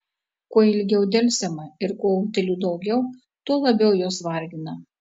kuo ilgiau delsiama ir kuo utėlių daugiau tuo labiau jos vargina